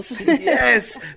Yes